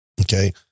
okay